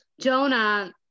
Jonah